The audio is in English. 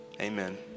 amen